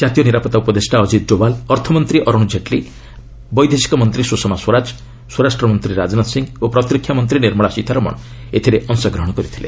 ଜାତୀୟ ନିରାପତ୍ତା ଉପଦେଷ୍ଟା ଅଜିତ୍ ଡୋବାଲ୍ ଅର୍ଥମନ୍ତ୍ରୀ ଅରୁଣ ଜେଟ୍ଲୀ ବୈଦେଶିକ ମନ୍ତ୍ରୀ ସ୍ରଷମା ସ୍ୱରାଜ ସ୍ୱରାଷ୍ଟ୍ରମନ୍ତ୍ରୀ ରାଜନାଥ ସିଂ ଓ ପ୍ରତିରକ୍ଷା ମନ୍ତ୍ରୀ ନିର୍ମଳା ସୀତାରମଣ ଏଥିରେ ଅଂଶଗ୍ରହଣ କରିଥିଲେ